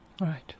Right